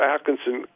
Atkinson